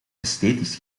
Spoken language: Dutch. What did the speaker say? esthetisch